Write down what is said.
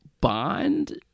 bond